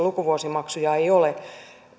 lukuvuosimaksuja ei ole